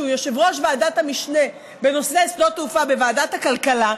שהוא יושב-ראש ועדת המשנה בנושא שדות תעופה בוועדת הכלכלה,